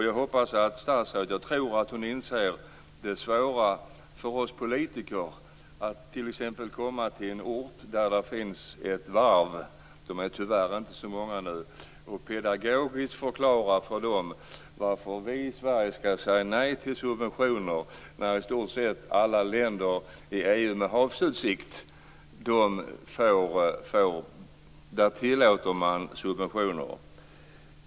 Jag tror att statsrådet inser det svåra för oss politiker i att t.ex. komma till en ort där det finns ett varv - de är tyvärr inte så många nu - och pedagogiskt förklara för dem varför vi i Sverige skall säga nej till subventioner när i stort sett alla länder med havsutsikt i EU tillåter subventioner.